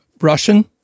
Russian